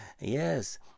yes